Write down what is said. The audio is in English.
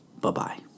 Bye-bye